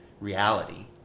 reality